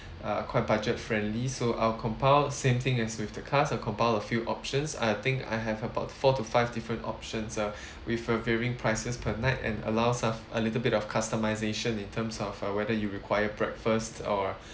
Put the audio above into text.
uh quite budget friendly so I'll compile same thing as with the cars I'll compile a few options I think I have about four to five different options uh with uh varying prices per night and allows some a little bit of customisation in terms of uh whether you require breakfast or